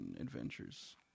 adventures